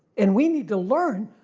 and we need to learn